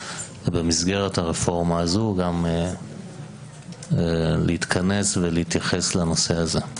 ובמסגרת הרפורמה הזו גם להתכנס ולהתייחס לנושא הזה.